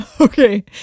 okay